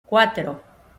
cuatro